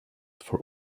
for